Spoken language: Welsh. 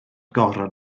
goron